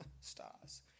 stars